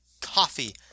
coffee